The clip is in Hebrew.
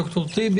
ד"ר טיבי.